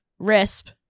RISP